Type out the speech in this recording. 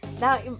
Now